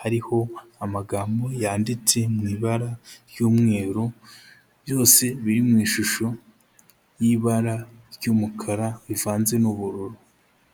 hariho amagambo yanditse mu ibara ry'umweru, byose biri mu ishusho y'ibara ry'umukara rivanze n'ubururu.